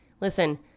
Listen